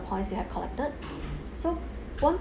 points you have collected so one